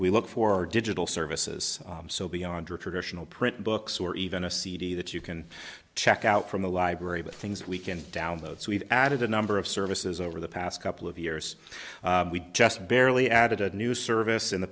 we look for digital services so beyond your traditional print books or even a cd that you can check out from the library with things we can download so we've added a number of services over the past couple of years we just barely added a new service in the